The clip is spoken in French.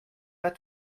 pas